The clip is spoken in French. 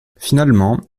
finalement